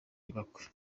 ibakwe